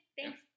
Thanks